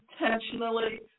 intentionally